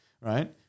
right